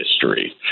history